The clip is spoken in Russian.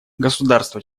государства